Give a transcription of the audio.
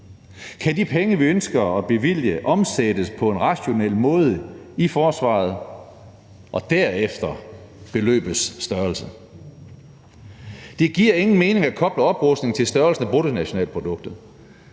om de penge, vi ønsker at bevilge, kan omsættes på en rationel måde i forsvaret, og derefter en vurdering af beløbets størrelse. Det giver ingen mening at koble oprustning til størrelsen af bruttonationalproduktet.